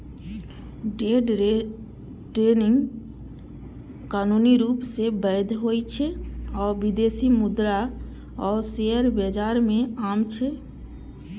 day trading कानूनी रूप सं वैध होइ छै आ विदेशी मुद्रा आ शेयर बाजार मे आम छै